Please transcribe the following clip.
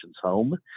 home